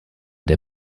der